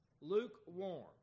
Lukewarm